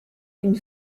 une